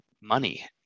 money